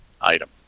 item